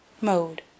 Mode